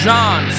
John